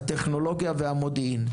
הטכנולוגיה והמודיעין.